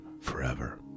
forever